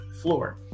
floor